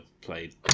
played